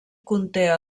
conté